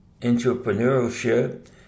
entrepreneurship